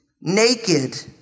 naked